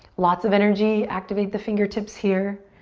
lots of energy, activate the fingertips here.